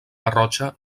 garrotxa